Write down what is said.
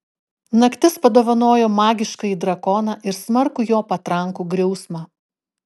naktis padovanojo magiškąjį drakoną ir smarkų jo patrankų griausmą